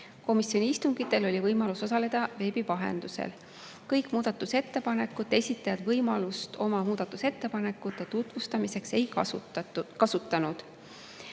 Komisjoni istungitel oli võimalus osaleda veebi vahendusel. Kõik muudatusettepanekute esitajad võimalust oma muudatusettepanekut tutvustada ei kasutanud.